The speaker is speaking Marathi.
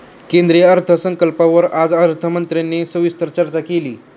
केंद्रीय अर्थसंकल्पावर आज अर्थमंत्र्यांनी सविस्तर चर्चा केली